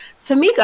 Tamika